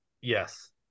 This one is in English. Yes